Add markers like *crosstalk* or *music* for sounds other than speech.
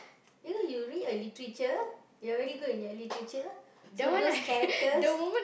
you know you read a literature you are very good in your literature so those characters *noise*